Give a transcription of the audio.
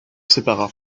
sépara